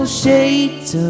shades